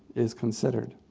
is considered?